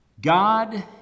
God